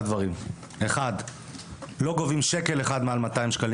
דברים: 1. לא גובים שקל אחד מעל 200 ש"ח,